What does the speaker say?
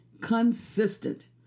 consistent